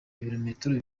ibirometero